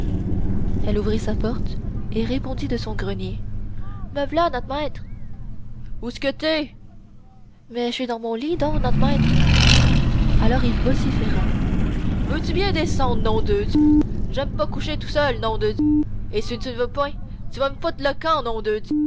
elle ouvrit sa porte et répondit de son grenier me v'là not maître ousque t'es mais j'suis dans mon lit donc not maître alors il vociféra veux-tu bien descendre nom de d j'aime pas coucher tout seul nom de d et si tu n'veux point tu vas me foutre le camp nom de d